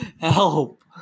Help